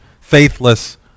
faithless